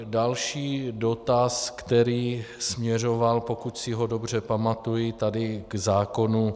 Další dotaz, který směřoval, pokud si ho dobře pamatuji, tady k zákonu...